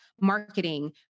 marketing